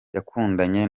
yakundanye